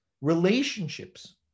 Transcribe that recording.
relationships